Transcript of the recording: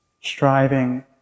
striving